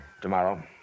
Tomorrow